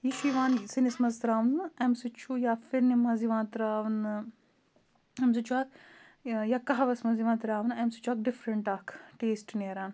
یہِ چھُ یِوان سِنِس منٛز تراونہٕ اَمہِ سۭتۍ چھُ یا پھِرنہِ منٛز یِوان تراونہٕ اَمہِ سۭتۍ چھُ اکھ یا کَہوَس منٛز یِوان تراونہٕ اَمہِ سۭتۍ چھُ اکھ ڈِفرَنٹ اکھ ٹیسٹ نیران